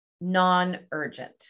non-urgent